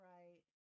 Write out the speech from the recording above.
Right